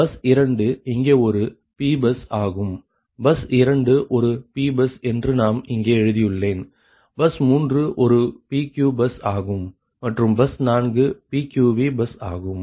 எனவே பஸ் 2 இங்கே ஒரு Pபஸ் ஆகும் பஸ் 2 ஒரு Pபஸ் என்று நான் இங்கே எழுதியுள்ளேன் பஸ் 3 ஒரு PQ பஸ் ஆகும் மற்றும் பஸ் 4 PQVபஸ் ஆகும்